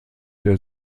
der